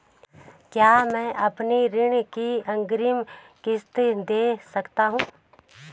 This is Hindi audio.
क्या मैं अपनी ऋण की अग्रिम किश्त दें सकता हूँ?